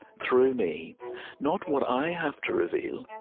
through me not what i have to reveal,